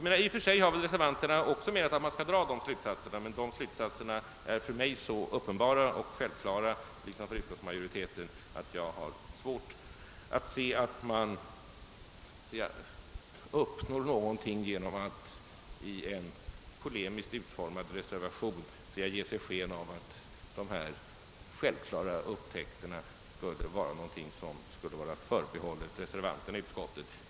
I och för sig menar reservanterna också att man skall dra dessa slutsatser, men de är för mig liksom även för utskottsmajoriteten så uppenbara och självklara, att jag har svårt att inse att det går att uppnå någonting genom att i en polemiskt utformad reservation ge skenet av att dessa självklara upptäckter skulle vara förbehållna enbart reservanterna inom utskottet.